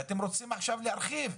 ואתם רוצים עכשיו להרחיב.